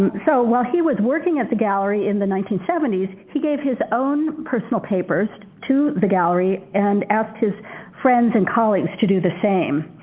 so while he was working at the gallery in the nineteen seventy s he gave his own personal papers to the gallery and asked his friends and colleagues to do the same.